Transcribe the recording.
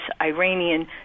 Iranian